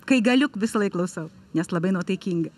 kai galiu visąlaik klausau nes labai nuotaikinga